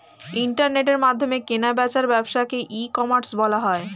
ইন্টারনেটের মাধ্যমে কেনা বেচার ব্যবসাকে ই কমার্স বলা হয়